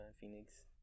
Phoenix